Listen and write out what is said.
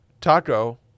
taco